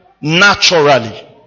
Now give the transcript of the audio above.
naturally